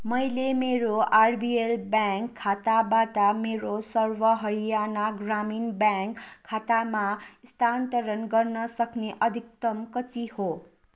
मैले मेरो RBL bank खाताबाट मेरो सर्व हरियाणा ग्रामीण ब्याङ्क खातामा स्थान्तरण गर्न सक्ने अधिकतम कति हो